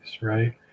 right